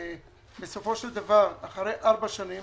ובסופו של דבר, אחרי ארבע שנים,